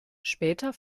später